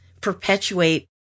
perpetuate